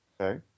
Okay